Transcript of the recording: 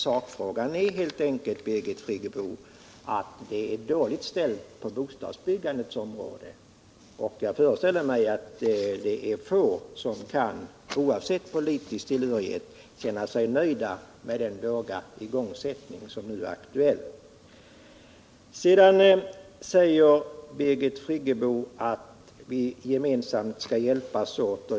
Sakförhållandet är helt enkelt, Birgit Friggebo, att det är dåligt ställt på bostadsbyggandets område. Jag föreställer mig att det är få, oavsett partipolitisk tillhörighet, som kan känna sig nöjda med den låga igångsättning som nu är aktuell. Sedan säger Birgit Friggebo att vi gemensamu skall hjälpas åt.